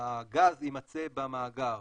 הסיכוי שהגז יימצא במאגר,